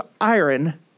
iron